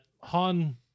Han